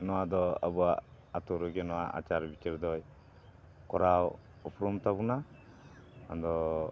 ᱱᱚᱣᱟ ᱫᱚ ᱟᱵᱚᱣᱟᱜ ᱟᱛᱳ ᱨᱮᱜᱮ ᱱᱚᱣᱟ ᱟᱪᱟᱨ ᱵᱤᱪᱟᱹᱨ ᱫᱚᱭ ᱠᱚᱨᱟᱣ ᱩᱯᱨᱩᱢ ᱛᱟᱵᱚᱱᱟ ᱟᱫᱚ